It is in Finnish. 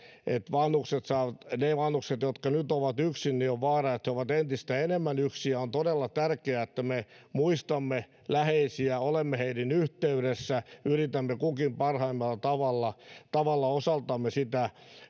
on vaara että ne vanhukset jotka ovat yksin ovat nyt entistä enemmän yksin ja on todella tärkeää että me muistamme läheisiä olemme heihin yhteydessä yritämme kukin parhaimmalla tavalla tavalla osaltamme sitä